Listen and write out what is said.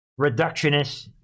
reductionist